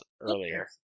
earlier